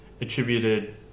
attributed